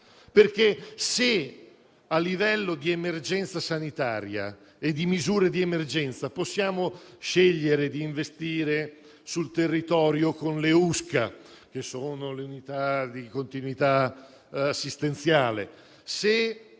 se a livello di emergenza sanitaria e di misure di emergenza possiamo scegliere di investire sul territorio con le unità speciali di continuità assistenziale